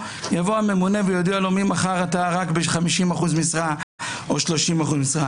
יבוא הממונה ויודיע לו שממחר הוא רק ב-50% משרה או 30% משרה.